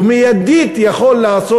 ומיידית יכול להיעשות,